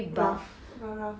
rough ya ya